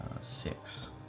Six